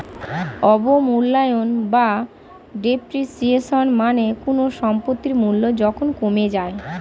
অবমূল্যায়ন বা ডেপ্রিসিয়েশন মানে কোনো সম্পত্তির মূল্য যখন কমে যায়